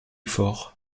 fort